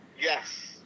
Yes